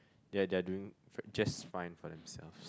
they are they are doing fra~ just fine for themselves